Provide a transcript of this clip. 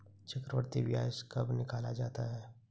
चक्रवर्धी ब्याज कब निकाला जाता है?